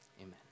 Amen